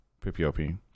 P-P-O-P